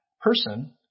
person